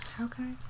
Okay